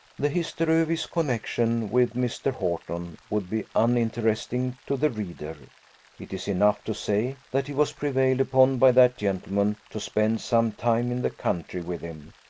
the history of his connexion with mr. horton would be uninteresting to the reader it is enough to say, that he was prevailed upon, by that gentleman, to spend some time in the country with him,